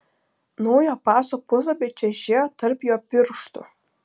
naujo paso puslapiai čežėjo tarp jo pirštų